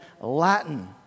Latin